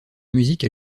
musique